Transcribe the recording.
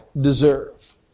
deserve